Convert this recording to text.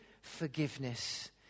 forgiveness